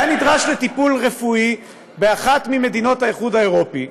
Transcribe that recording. נדרש לטיפול רפואי באחת ממדינות האיחוד האירופי,